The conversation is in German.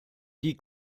die